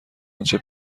آنچه